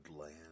Land